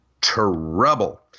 trouble